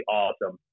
awesome